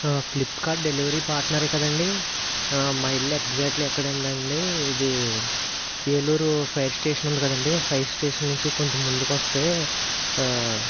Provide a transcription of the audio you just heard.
Flipkart delivery పార్ట్నరే కదండీ మా ఇల్లు ఎగ్జాట్లీ ఎక్కడండండి ఇది ఏలూరు ఫైర్ స్టేషన్ ఉంది కదండీ ఆ ఫైర్ స్టేషన్ నుంచి కొంత ముందుకొస్తే